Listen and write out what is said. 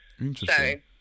Interesting